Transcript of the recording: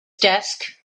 desk